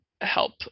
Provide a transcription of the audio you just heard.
help